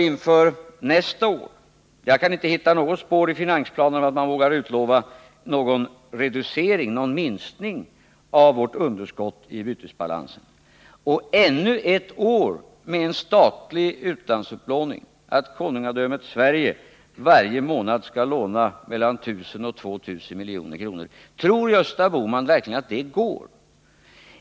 Inför nästa år kan jag inte hitta något spår i finansplanen som tyder på att man vågar utlova någon minskning av vårt underskott i bytesbalansen. Och ännu ett år med en statlig utlandsupplåning — då konungadömet Sverige varje månad skall låna mellan 1 000 och 2 000 milj.kr. — tror Gösta Bohman verkligen att det går?